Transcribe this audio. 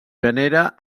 venera